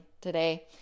today